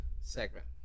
segment